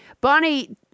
Bonnie